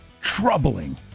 troubling